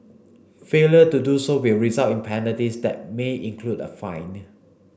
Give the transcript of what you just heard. failure to do so will result in penalties that may include a fine